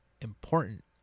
important